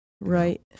right